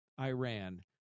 Iran